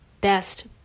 best